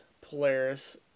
Polaris